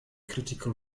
critical